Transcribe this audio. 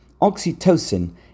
oxytocin